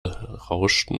rauschten